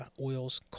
oil's